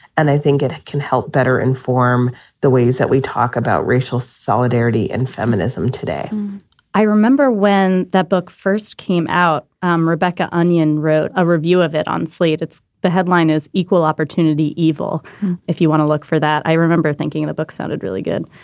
and i think it can help better inform the ways that we talk about racial solidarity and feminism today i remember when that book first came out, um rebecca onion wrote a review of it on slate. it's the headline is equal opportunity evil if you want to look for that. i remember thinking in a book sounded really good.